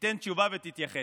תיתן תשובה ותתייחס: